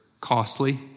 costly